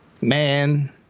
Man